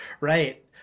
right